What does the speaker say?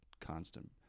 constant